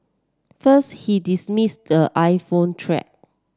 first he dismissed the iPhone threat